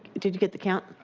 did you get the count?